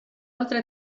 altra